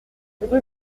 rue